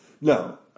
No